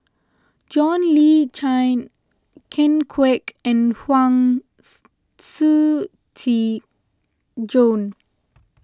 John Le Cain Ken Kwek and Huang Shiqi Joan